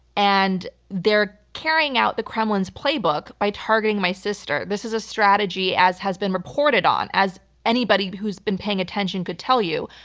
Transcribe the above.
and they're carrying out the kremlin's playbook by targeting my sister. this is a strategy as has been reported on, as anybody who's been paying attention could tell you,